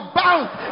bounce